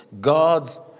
God's